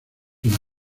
una